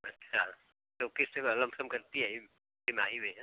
अच्छा तब कैसे लमपसम्प करती आइ तिमाही में है